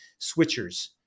switchers